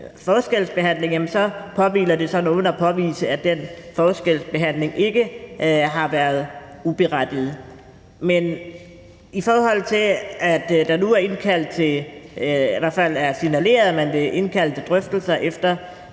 forskelsbehandling – så påhviler det nogen at påvise, at den forskelsbehandling ikke har været uberettiget. Men i forhold til at der nu er indkaldt til – eller i